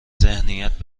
ذهنیت